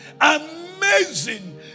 amazing